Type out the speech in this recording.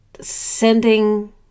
sending